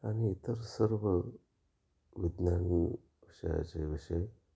आणि इतर सर्व विज्ञान विषयाचे विषय